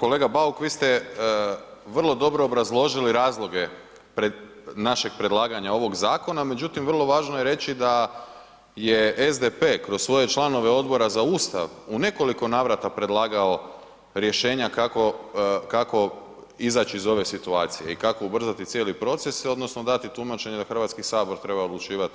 Kolega Bauk, vi ste vrlo dobro obrazložili razloge našeg predlaganja ovog zakona, međutim vrlo važno je reći da je SDP kroz svoje članove Odbora za Ustav u nekoliko navrata predlagao rješenja kako izaći iz ove situacije i kako ubrzati cijeli proces odnosno dati tumačenje da Hrvatski sabor treba odlučivati